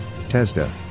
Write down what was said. TESDA